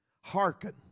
Hearken